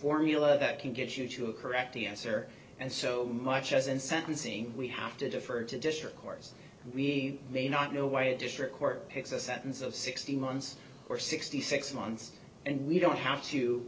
formula that can get you to a correct answer and so much as in sentencing we have to defer to dish or course we may not know why a district court picks a sentence of sixteen months or sixty six months and we don't have to